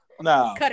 No